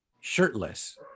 shirtless